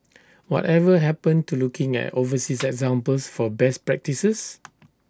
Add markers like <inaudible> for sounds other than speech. whatever happened to looking at overseas <noise> examples for best practices